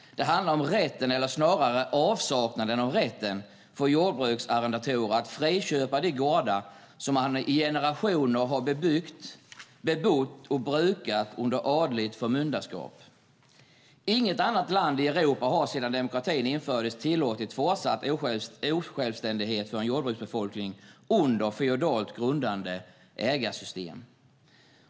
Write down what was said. Det handlar om rätten, eller snarare avsaknaden av rätten, för jordbruksarrendatorer att friköpa de gårdar som de i generationer har bebyggt, bebott och brukat under adligt förmyndarskap. Inget annat land i Europa har sedan demokratin infördes tillåtit fortsatt osjälvständighet för en jordbruksbefolkning under feodalt grundade ägarsystem.